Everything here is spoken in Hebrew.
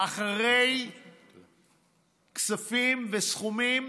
אחרי כספים וסכומים